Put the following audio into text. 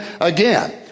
again